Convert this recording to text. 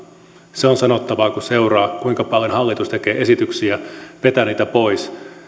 se on sanottava kun seuraa kuinka paljon hallitus tekee esityksiä vetää niitä pois